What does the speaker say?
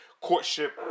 courtship